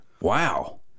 Wow